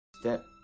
step